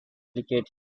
duplicate